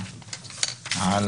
נצביע על